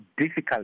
difficult